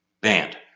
Banned